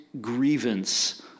grievance